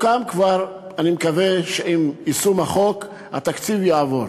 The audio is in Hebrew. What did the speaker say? אני מקווה שעם יישום החוק התקציב יעבור.